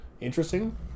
interesting